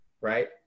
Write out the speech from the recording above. right